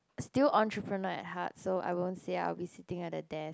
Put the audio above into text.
still entrepreneur at heart so I won't say I will be sitting at the desk